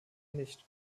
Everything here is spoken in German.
nicht